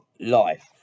life